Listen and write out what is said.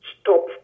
stop